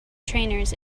trainers